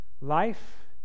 Life